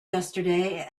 yesterday